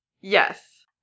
Yes